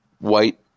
white